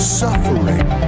suffering